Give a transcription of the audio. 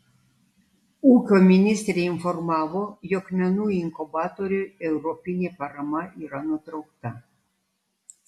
ūkio ministrė informavo jog menų inkubatoriui europinė parama yra nutraukta